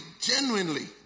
genuinely